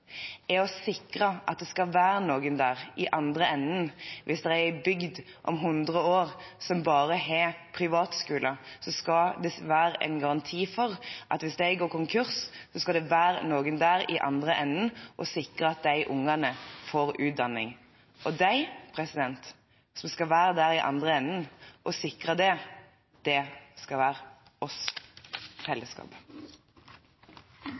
er å sikre at det skal være noen der i andre enden. Hvis det er en bygd om hundre år som bare har privatskoler, skal det være en garanti for at hvis de går konkurs, skal det være noen der i andre enden som sikrer at barna får utdanning. De som skal være der i andre enden for å sikre det, skal være oss,